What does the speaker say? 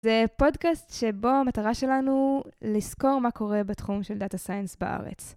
זה פודקאסט שבו המטרה שלנו לסקור מה קורה בתחום של דאטה סיינס בארץ.